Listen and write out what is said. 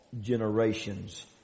generations